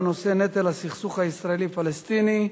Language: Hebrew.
בנושא נטל הסכסוך הישראלי פלסטיני,